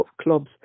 clubs